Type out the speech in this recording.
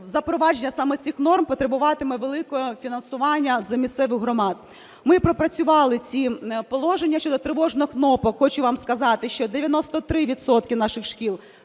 запровадження саме цих норм потребуватиме великого фінансування з місцевих громад. Ми пропрацювали ці положення щодо тривожних кнопок. Хочу вам сказати, що 93 відсотки наших шкіл